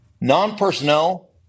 non-personnel